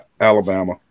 Alabama